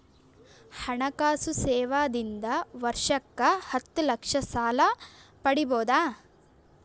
ಹಣಕಾಸು ಸೇವಾ ದಿಂದ ವರ್ಷಕ್ಕ ಹತ್ತ ಲಕ್ಷ ಸಾಲ ಪಡಿಬೋದ?